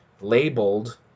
labeled